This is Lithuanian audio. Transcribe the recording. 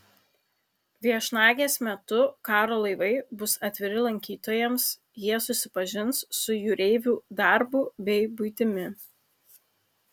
viešnagės metu karo laivai bus atviri lankytojams jie susipažins su jūreivių darbu bei buitimi